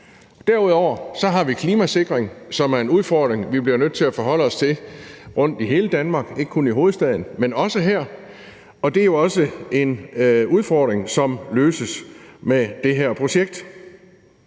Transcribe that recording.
Derudover så har vi klimasikring, som er en udfordring, vi bliver nødt til at forholde os til rundt i hele Danmark, ikke kun i hovedstaden, men også her. Og det er jo også en udfordring, som løses med det her projekt.